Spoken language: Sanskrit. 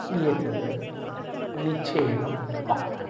एतद् निश्चयेन वक्तव्यं